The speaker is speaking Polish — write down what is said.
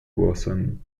głosem